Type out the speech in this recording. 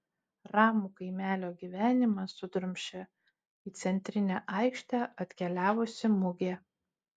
ramų kaimelio gyvenimą sudrumsčia į centrinę aikštę atkeliavusi mugė